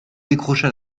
décrocha